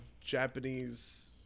Japanese